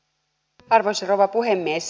arvoisa rouva puhemies